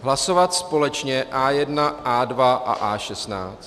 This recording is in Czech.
Hlasovat společně A1, A2 a A16.